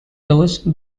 those